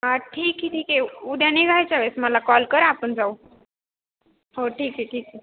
हां ठीक आहे ठीक आहे उद्या निघायच्यावेळेस मला कॉल करा आपण जाऊ हो ठीक आहे ठीक आहे